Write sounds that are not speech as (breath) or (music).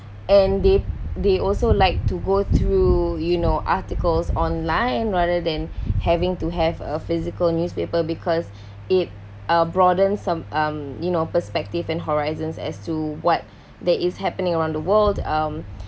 and they they also like to go through you know articles online rather than (breath) having to have a physical newspaper because (breath) it uh broaden some um you know perspective and horizons as to what (breath) that is happening around the world um (breath)